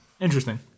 Interesting